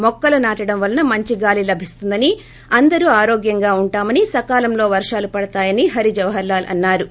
మొక్కలు నాటడం వలన మంచి గాలి లభిస్తుందని అందరం ఆరోగ్యంగా ఉంటామని సకాలంలో వర్షాలు పడతాయని హరిజవహర్లాల్ అన్నా రు